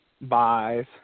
Buys